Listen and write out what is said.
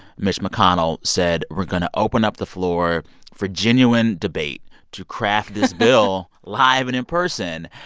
mitch mcconnell said, we're going to open up the floor for genuine debate to craft this bill live and in person.